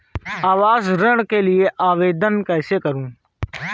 आवास ऋण के लिए आवेदन कैसे करुँ?